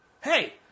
hey